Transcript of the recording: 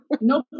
No